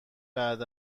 بعد